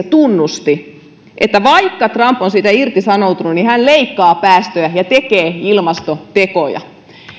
tunnusti että vaikka trump on siitä irtisanoutunut niin hän leikkaa päästöjä ja tekee ilmastotekoja